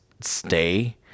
stay